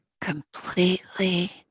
completely